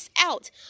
out